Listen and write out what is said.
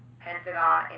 Pentagon